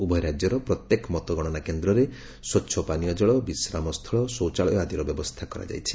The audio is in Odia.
ଉଭୟ ରାଜ୍ୟର ପ୍ରତ୍ୟେକ ମତଗଣନା କେନ୍ଦ୍ରରେ ସ୍ପଚ୍ଛ ପାନୀୟ କଳ ବିଶ୍ରାମସ୍ଥଳ ଶୌଚାଳୟ ଆଦିର ବ୍ୟବସ୍ଥା କରାଯାଇଛି